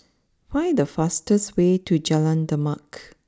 find the fastest way to Jalan Demak